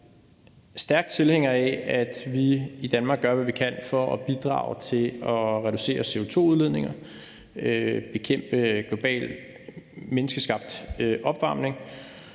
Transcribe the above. stærke tilhængere af, at vi i Danmark gør, hvad vi kan for at bidrage til at reducere CO2-udledninger og bekæmpe global, menneskeskabt opvarmning,